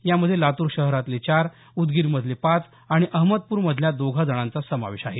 यामध्ये लातूर शहरातले चार उदगीरमधले पाच आणि अहमदप्रमधल्या दोघा जणांचा समावेश आहे